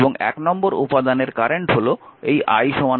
এবং 1 নম্বর উপাদানের কারেন্ট হল এই I 10 অ্যাম্পিয়ার